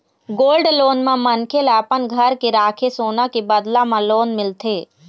gold loan म मनखे ल अपन घर के राखे सोना के बदला म लोन मिलथे